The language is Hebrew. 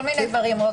כל מיני דברים.